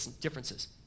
differences